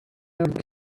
out